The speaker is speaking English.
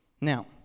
Now